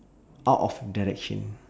out of direction